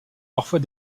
parfois